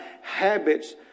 habits